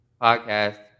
podcast